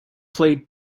play